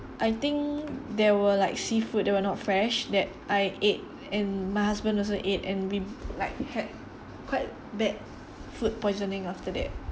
I think there were like seafood that were not fresh that I ate and my husband also ate and we like had quite bad food poisoning after that